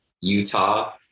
Utah